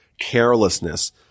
carelessness